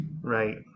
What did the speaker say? Right